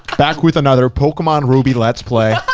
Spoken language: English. back with another pokemon ruby, let's play.